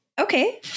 Okay